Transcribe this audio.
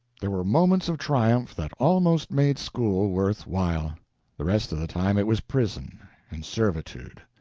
there were moments of triumph that almost made school worth while the rest of the time it was prison and servitude.